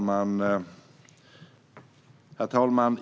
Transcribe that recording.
Herr talman!